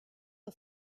are